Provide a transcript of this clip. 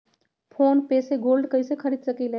Phone पे से gold कईसे खरीद सकीले?